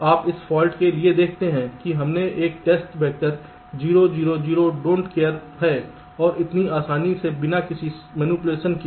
तो आप इस फाल्ट के लिए देखते हैं कि हमने एक test vector 0 0 0 don't care don't care है और इतनी आसानी से बिना किसी मैनिपुलेशन के